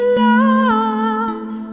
love